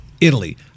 Italy